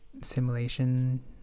simulation